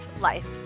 life